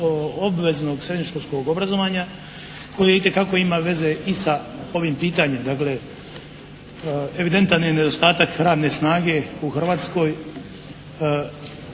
obveznog srednjoškolskog obrazovanja koji itekako ima veze i sa ovim pitanjem. Dakle, evidentan je nedostatak radne snage u Hrvatskoj,